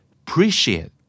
appreciate